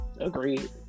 agreed